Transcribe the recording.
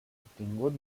obtingut